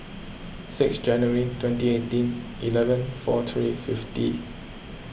sixth January twenty eighteen eleven four three fifty